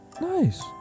Nice